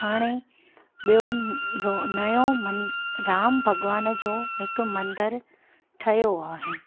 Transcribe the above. हाणे ॿियों नओं मं राम भॻवान जो हिकु मंदरु ठहियो आहे